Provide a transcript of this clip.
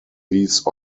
these